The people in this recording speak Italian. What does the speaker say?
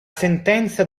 sentenza